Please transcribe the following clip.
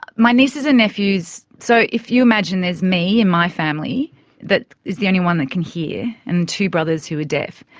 my nieces and nephews, so if you imagine there's me in my family that is the only one that can hear and two brothers who are deaf,